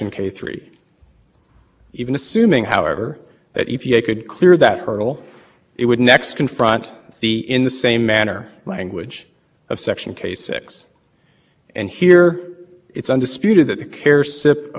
the in the same manner language of section case six and here it's undisputed that the care sip approvals went through notice and comment rule making in the same manner in section k six means that any corrections of those